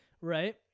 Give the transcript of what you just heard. Right